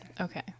Okay